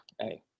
Hey